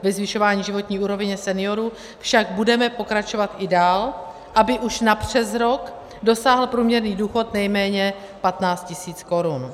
Ve zvyšování životní úrovně seniorů však budeme pokračovat i dál, aby už napřesrok dosáhl průměrný důchod nejméně 15 tisíc korun.